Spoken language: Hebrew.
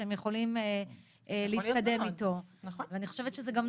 הוא לאו דווקא מדבר על מד"א או על גורם